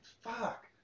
fuck